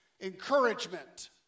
encouragement